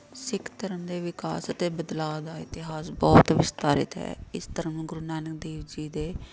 ਸਿੱਖ ਧਰਮ ਦੇ ਵਿਕਾਸ ਅਤੇ ਬਦਲਾਅ ਦਾ ਇਤਿਹਾਸ ਬਹੁਤ ਵਿਸਥਾਰਿਤ ਹੈ ਇਸ ਧਰਮ ਨੂੰ ਗੁਰੂ ਨਾਨਕ ਦੇਵ ਜੀ ਦੇ